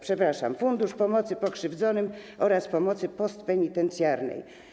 Przepraszam: Fundusz Pomocy Pokrzywdzonym oraz Pomocy Postpenitencjarnej.